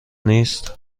نیست